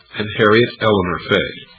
and harriet eleanor fay.